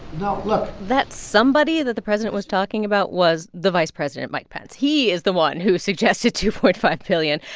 no. look. that somebody that the president was talking about was the vice president, mike pence. he is the one who suggested two point five billion.